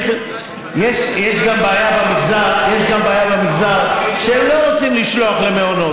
יש גם בעיה במגזר שהם לא רוצים לשלוח למעונות,